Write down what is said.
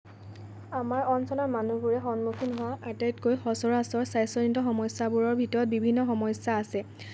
আপোনাৰ অঞ্চলৰ মানুহবোৰে সন্মুখীন হোৱা আটাইতকৈ সচৰাচৰ স্বাস্থ্যজনিত সমস্যাবোৰৰ ভিতৰত বিভিন্ন সমস্যা আছে